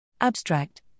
Abstract